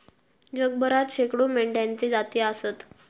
जगभरात शेकडो मेंढ्यांच्ये जाती आसत